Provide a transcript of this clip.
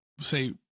say